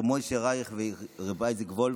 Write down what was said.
הרב משה רייך ורב אייזיק וולף,